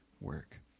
work